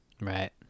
Right